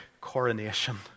coronation